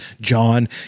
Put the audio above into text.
John